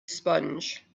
sponge